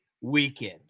weekend